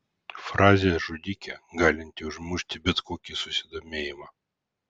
frazė žudikė galinti užmušti bet kokį susidomėjimą